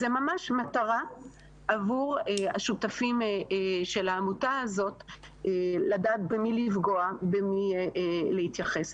זאת ממש מטרה עבור השותפים של העמותה הזאת לדעת במי לפגוע ולמי להתייחס.